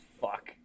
fuck